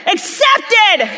Accepted